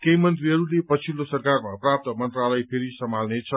केही मन्त्रीहरूले पछिल्लो सरकारमा प्राप्त मन्त्रालय फेरि सम्हाल्ने छन्